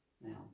Now